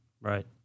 Right